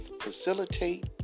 facilitate